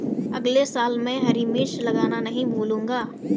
अगले साल मैं हरी मिर्च लगाना नही भूलूंगा